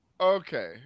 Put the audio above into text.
Okay